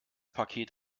paket